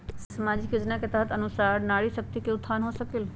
सामाजिक योजना के तहत के अनुशार नारी शकति का उत्थान हो सकील?